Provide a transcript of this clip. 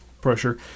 pressure